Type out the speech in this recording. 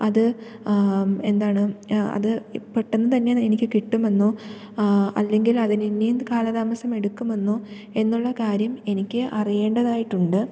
അത് എന്താണ് അത് പെട്ടെന്ന് തന്നെ എനിക്ക് കിട്ടുമെന്നോ അല്ലെങ്കിൽ അതിന് ഇനിയും കാലതാമസം എടുക്കുമെന്നോ എന്നുള്ള കാര്യം എനിക്ക് അറിയേണ്ടതായിട്ടുണ്ട്